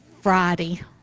Friday